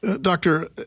Doctor